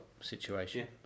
situation